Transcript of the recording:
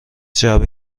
جعبه